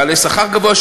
בעלי שכר גבוה,